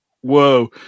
whoa